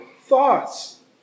thoughts